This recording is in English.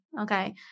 Okay